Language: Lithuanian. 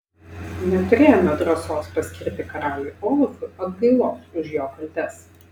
neturėjome drąsos paskirti karaliui olafui atgailos už jo kaltes